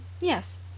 Yes